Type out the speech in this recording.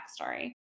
backstory